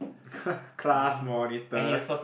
class monitor